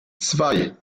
zwei